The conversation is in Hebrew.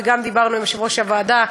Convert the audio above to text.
וגם דיברנו עם יושב-ראש הוועדה,